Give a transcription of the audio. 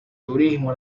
turismo